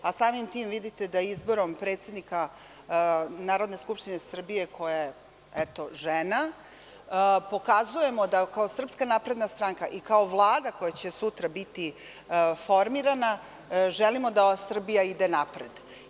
Samim tim, vidite da je izborom predsednika Narodne skupštine Republike Srbije, koja je eto žena, pokazujemo da kao SNS i kao Vlada koja će sutra biti formirana, želimo da Srbija ide napred.